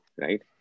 right